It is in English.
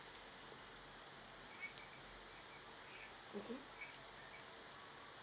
mmhmm